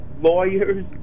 lawyers